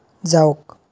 যাওক